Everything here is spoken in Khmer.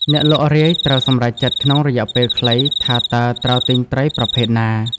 អ្នកលក់រាយ ត្រូវសម្រេចចិត្តក្នុងរយៈពេលខ្លីថាតើត្រូវទិញត្រីប្រភេទណា។